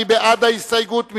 מי בעד ההסתייגות?